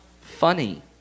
funny